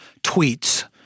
tweets